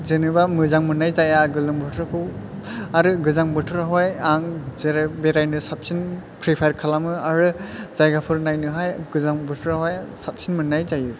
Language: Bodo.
जेन'बा मोजां मोननाय जाया गोलोम बोथोरखौ आरो गोजां बोथोरावहाय आं जेरै बेरायनो साबसिन प्रिफेयार खालामो आरो जायगाफोर नायनोहाय गोजां बोथोरावहाय साबसिन मोननाय जायो